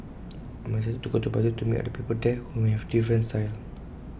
I'm excited to go to Brazil to meet other people there who may have different styles